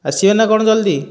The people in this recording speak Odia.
ଆସିବେ ନା କଣ ଜଲଦି